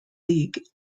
league